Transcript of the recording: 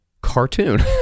cartoon